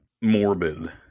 morbid